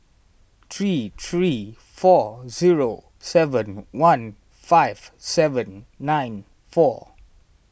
three three four zero seven one five seven nine four